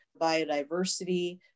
biodiversity